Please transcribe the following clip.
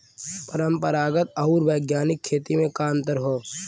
परंपरागत आऊर वैज्ञानिक खेती में का अंतर ह?